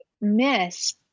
miss